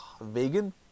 vegan